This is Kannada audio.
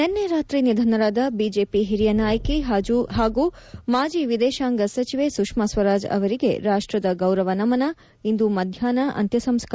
ನಿನ್ನೆ ರಾತ್ರಿ ನಿಧನರಾದ ಬಿಜೆಪಿ ಹಿರಿಯ ನಾಯಕಿ ಹಾಗೂ ಮಾಜಿ ವಿದೇಶಾಂಗ ಸಚಿವೆ ಸುಷ್ನಾ ಸ್ವರಾಜ್ ಅವರಿಗೆ ರಾಷ್ಟದ ಗೌರವ ನಮನ ಇಂದು ಮಧ್ಯಾಪ್ನ ಅಂತ್ಯ ಸಂಸ್ಕಾರ